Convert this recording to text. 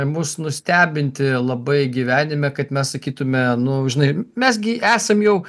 mus nustebinti labai gyvenime kad mes sakytume nu žinai mes gi esam jau